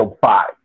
five